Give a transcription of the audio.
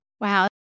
Wow